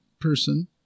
person